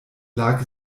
lag